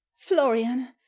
Florian